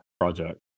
project